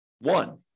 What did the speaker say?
one